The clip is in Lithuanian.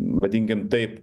vadinkim taip